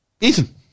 Ethan